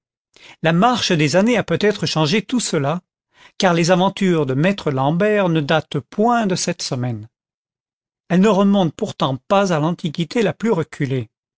la marche des années a peut-être changé tout cela car les aventures de maître l'ambert ne datent point de cette semaine elles ne remontent pourtant pas à l'antiquité la plus reculée